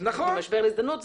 ממשבר להזדמנות,